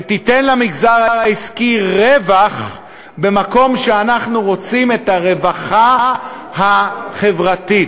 ותיתן למגזר העסקי רווח במקום שאנחנו רוצים את הרווחה החברתית.